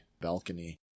balcony